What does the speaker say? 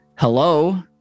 Hello